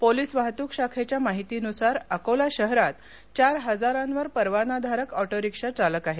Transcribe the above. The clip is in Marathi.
पोलिस वाहतूक शाखेच्या माहितीनुसार अकोला शहरात चार हजारांवर परवानाधारक ऑटोरिक्षा चालक आहेत